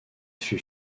fut